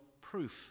proof